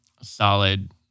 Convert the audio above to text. solid